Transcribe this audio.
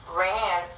ran